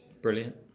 Brilliant